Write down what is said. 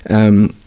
and,